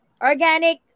organic